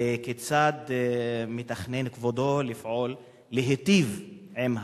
וכיצד מתכנן כבודו לפעול להיטיב עם הנכים?